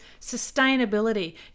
sustainability